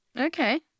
Okay